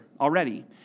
already